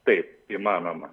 taip įmanoma